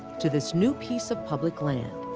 to this new piece of public land.